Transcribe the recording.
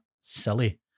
silly